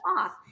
off